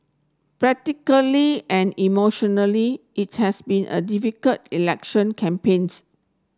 practically and emotionally it's has been a difficult election campaigns